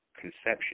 conception